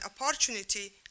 opportunity